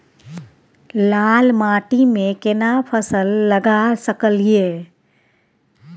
लाल माटी में केना फसल लगा सकलिए?